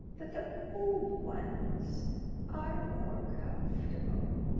but the old ones are more comfortable.